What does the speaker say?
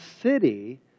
City